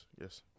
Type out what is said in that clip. yes